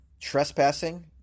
trespassing